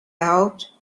out